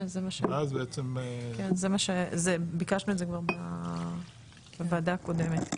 כן זה מה שביקשנו כבר בוועדה הקודמת.